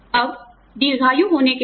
अब दीर्घायु होने के साथ